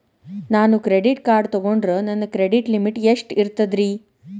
ನಾನು credit card ತೊಗೊಂಡ್ರ ನನ್ನ ಕ್ರೆಡಿಟ್ ಲಿಮಿಟ್ ಎಷ್ಟ ಇರ್ತದ್ರಿ?